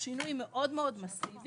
שינוי מאוד מסיבי.